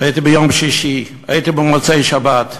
הייתי ביום שישי והייתי במוצאי-שבת,